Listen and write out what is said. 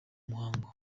muhango